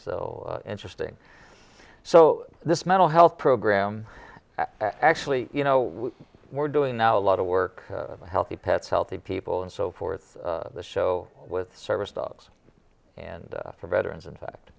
so interesting so this mental health program actually you know we're doing now a lot of work healthy pets healthy people and so forth the show with service dogs and for veterans in fact